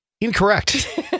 incorrect